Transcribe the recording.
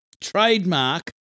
trademark